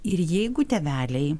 ir jeigu tėveliai